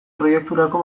proiekturako